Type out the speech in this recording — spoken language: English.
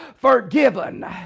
Forgiven